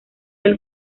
del